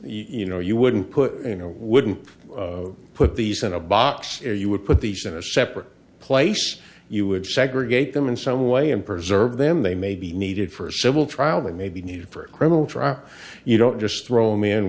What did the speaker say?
you know you wouldn't put you know wouldn't put these in a box you would put these in a separate place you would segregate them in some way and preserve them they may be needed for a civil trial that may be needed for a criminal trial you don't just throw him in